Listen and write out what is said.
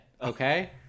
okay